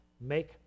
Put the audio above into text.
Make